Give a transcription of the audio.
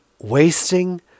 Wasting